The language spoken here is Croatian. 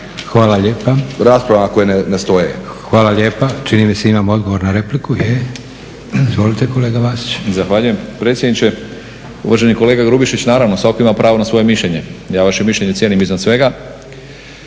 Josip (SDP)** Hvala lijepa. Čini mi se imamo odgovor na repliku? Je. Izvolite kolega Vasić. **Vasić, Zoran (SDP)** Zahvaljujem predsjedniče. Uvaženi kolega Grubišić, naravno, svatko ima pravo na svoje mišljenje. Ja vaše mišljenje cijenim iznad svega.